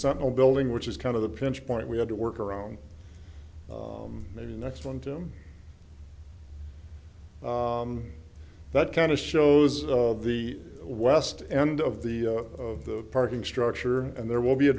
central building which is kind of the pinch point we had to work around maybe next one tim that kind of shows the west end of the of the parking structure and there will be a